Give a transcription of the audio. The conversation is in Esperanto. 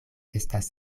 estas